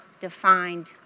defined